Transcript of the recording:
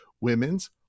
women's